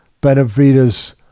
Benavides